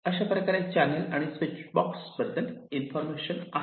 अशाप्रकारे चॅनल आणि switch box बद्दल इन्फॉर्मेशन आहे